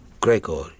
Gregor